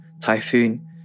Typhoon